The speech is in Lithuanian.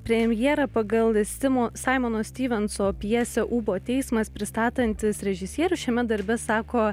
premjerą pagal simo saimono styvenso pjesę ūbo teismas pristatantis režisierius šiame darbe sako